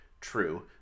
true